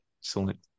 excellent